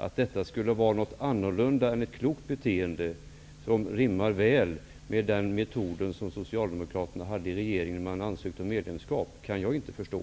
Att detta skulle vara något annat än ett klokt beteende, som rimmar väl med den socialdemokratiska regeringens förfarande att ansöka om medlemskap i EG, kan jag inte förstå.